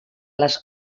les